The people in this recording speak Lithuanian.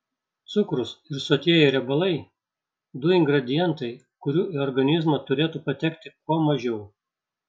cukrus ir sotieji riebalai du ingredientai kurių į organizmą turėtų patekti kuo mažiau